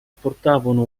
portavano